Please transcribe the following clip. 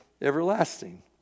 everlasting